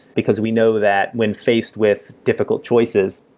because we know that when faced with difficult choices,